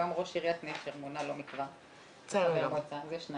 שלא ידעו מסיבה כזו או אחרת,